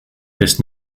this